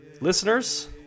Listeners